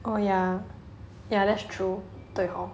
oh ya ya that's true 对 hor